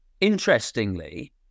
interestingly